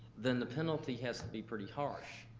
then the penalty has to be pretty harsh.